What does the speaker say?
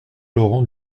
laurent